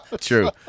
true